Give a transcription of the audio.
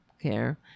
care